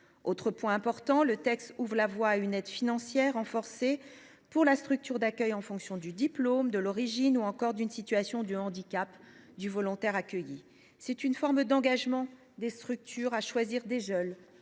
Autre point important, le texte ouvre la voie à une aide financière renforcée pour la structure d’accueil en fonction du diplôme, de l’origine ou encore d’une situation de handicap du volontaire accueilli. C’est une forme d’encouragement des structures à choisir des jeunes